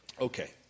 Okay